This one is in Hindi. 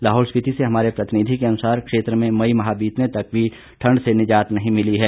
लाहौल स्पीति से हमारे प्रतिनिधि के अनुसार क्षेत्र में मई माह बीतने तक भी ठंड से निजात नहीं मिली है